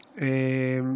ראשונה.